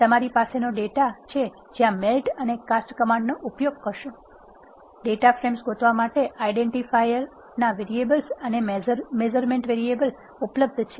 આ તમારી પાસેનો ડેટા છે જ્યાં મેલ્ટ અને કાસ્ટ કમાન્ડ નો ઉપયોગ કરશો ડેટા ફ્રેમ્સ ગોતવા માટે આઇડેન્ટિફાયર વેરિયેબલ્સ અને મેઝરમેન્ટ વેરીએબલ ઉપલબ્ધ છે